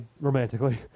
romantically